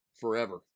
forever